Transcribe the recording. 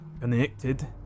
connected